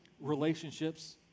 relationships